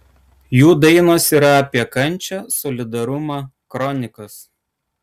jų dainos yra apie kančią solidarumą kronikas